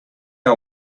our